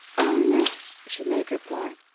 oh, no, she made reply.